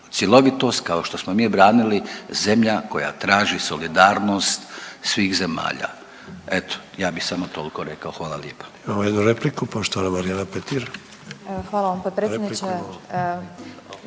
cjelovitost kao što smo mi branili, zemlja koja traži solidarnost svih zemalja. Eto, ja bi samo tolko rekao, hvala lijepa.